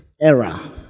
era